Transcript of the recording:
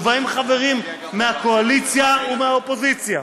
ובהם חברים מהקואליציה ומהאופוזיציה,